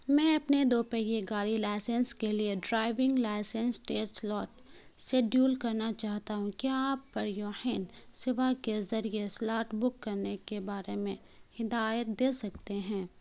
میں اپنے دو پہیے گاڑی لائسنس کے لیے driving licence test slot schedule کرنا چاہتا ہوں کیا آپ پریوحین سیوا کے ذریعے سلاٹ بک کرنے کے بارے میں ہدایت دے سکتے ہیں